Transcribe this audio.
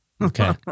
Okay